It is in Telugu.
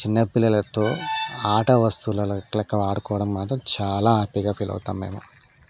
చిన్నపిల్లలతో ఆట వస్తువులలో ఇట్ల కు ఆడుకోవడం మాత్రం చాలా హ్యాపీగా ఫీల్ అవుతాం మేం